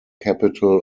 capital